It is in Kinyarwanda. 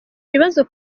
ibibazo